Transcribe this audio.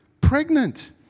pregnant